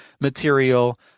material